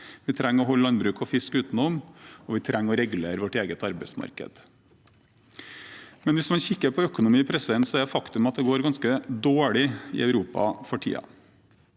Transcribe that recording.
Vi trenger å holde landbruk og fisk utenom, og vi trenger å regulere vårt eget arbeidsmarked. Hvis man kikker på økonomien, er det et faktum at det går ganske dårlig i Europa for tiden.